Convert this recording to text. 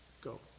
Go